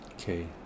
Okay